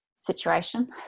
situation